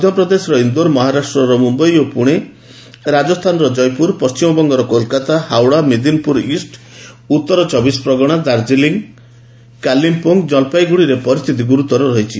ମଧ୍ୟ ପ୍ରଦେଶର ଇନ୍ଦୋର ମହାରାଷ୍ଟ୍ରର ମୁମ୍ବାଇ ଓ ପୁଣେ ରାଜସ୍ଥାନର ଜୟପୁର ପଶ୍ଚିମବଙ୍ଗର କୋଲକାତା ହାଓଡ଼ା ମେଦିନପୁର ଇଷ୍ଟ ଉତ୍ତର ଚବିଶ ପ୍ରଗଣା ଡାର୍କିଲିଂ କାଲିମପୋଙ୍ଗ ଓ ଜଲପାଇଗୁଡ଼ିରେ ପରିସ୍ଥିତି ଗୁରୁତର ରହିଛି